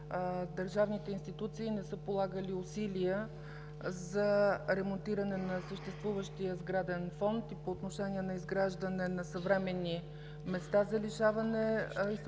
държавните институции не са полагали усилия за ремонтиране на съществуващия сграден фонд и по отношение на изграждане на съвременни места за изтърпяване наказанието